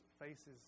faces